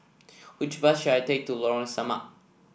which bus should I take to Lorong Samak